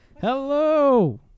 Hello